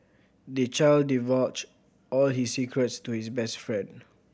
the child divulged all his secrets to his best friend